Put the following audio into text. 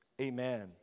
amen